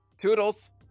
Toodles